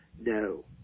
No